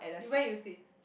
you where you sit